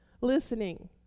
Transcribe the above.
listening